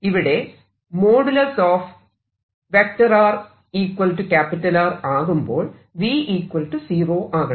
ഇവിടെ ആകുമ്പോൾ V 0 ആകണം